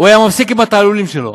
הוא היה מפסיק עם התעלולים שלו.